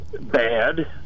bad